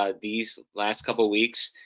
ah these last couple weeks,